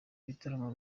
bitaramo